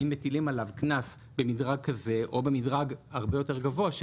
אם מטילים עליו קנס במדרג כזה או במדרג הרבה יותר גבוה,